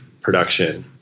production